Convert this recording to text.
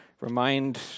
remind